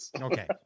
Okay